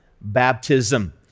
baptism